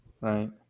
Right